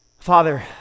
Father